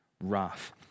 wrath